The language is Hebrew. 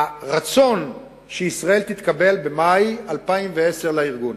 הרצון הוא שישראל תתקבל במאי 2010 לארגון.